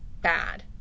bad